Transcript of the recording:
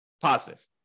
positive